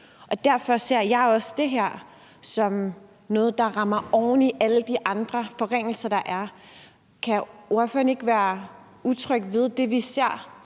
Derfor ser jeg også det her som noget, der rammer oven i alle de andre forringelser, der er. Kan ordføreren ikke være utryg ved det, vi ser,